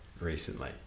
recently